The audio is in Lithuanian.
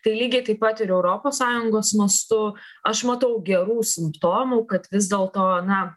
tai lygiai taip pat ir europos sąjungos mastu aš matau gerų simptomų kad vis dėlto na